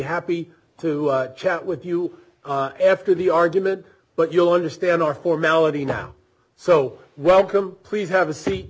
happy to chat with you after the argument but you'll understand our formality now so welcome please have a seat